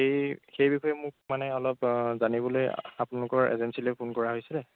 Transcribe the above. এই সেই বিষয়ে মোক মানে অলপ জানিবলৈ আপোনালোকৰ এজেঞ্চিলৈ ফোন কৰা হৈছিলে